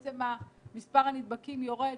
כשבעצם מספר הנדבקים יורד,